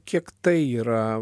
kiek tai yra